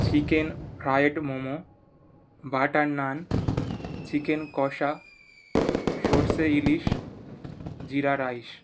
chicken fried momo butter naan chicken কষা সরষে ইলিশ জিরা রাইস